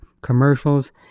commercials